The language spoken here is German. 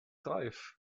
reif